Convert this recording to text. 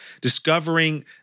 Discovering